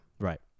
Right